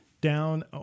down